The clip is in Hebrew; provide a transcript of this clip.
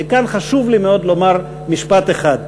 וכאן חשוב לי מאוד לומר משפט אחד,